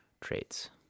traits